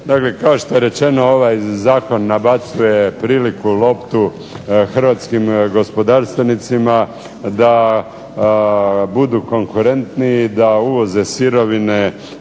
kao što je rečeno ovaj Zakon nabacuje priliku, loptu hrvatskim gospodarstvenicima da budu konkurentniji, da uvoze sirovine